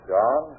John